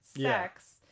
sex